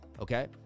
okay